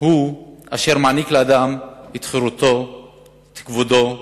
הוא אשר מעניק לאדם את חירותו ואת כבודו בחייו,